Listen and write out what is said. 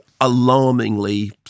alarmingly